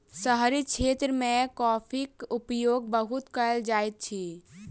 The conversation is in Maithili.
शहरी क्षेत्र मे कॉफ़ीक उपयोग बहुत कयल जाइत अछि